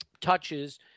touches